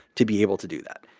to be able to do that.